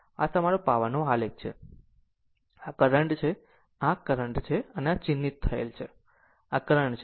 આ તમારો પાવરનો આલેખ છે આ કરંટ છે આ કરંટ છે આ ચિહ્નિત થયેલ છે આ કરંટ છે